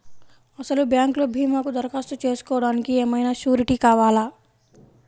అసలు బ్యాంక్లో భీమాకు దరఖాస్తు చేసుకోవడానికి ఏమయినా సూరీటీ కావాలా?